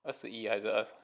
二十一还是二十